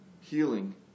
healing